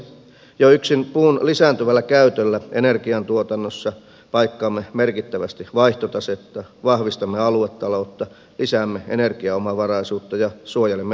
jo yksin puun lisääntyvällä käytöllä energiantuotannossa paikkaamme merkittävästi vaihtotasetta vahvistamme aluetaloutta lisäämme energiaomavaraisuutta ja suojelemme ympäristöä